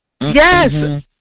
Yes